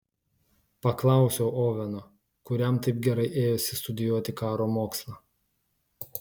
paklausiau oveno kuriam taip gerai ėjosi studijuoti karo mokslą